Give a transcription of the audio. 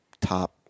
top